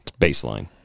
Baseline